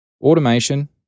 Automation